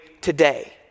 today